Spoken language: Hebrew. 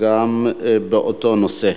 גם באותו נושא.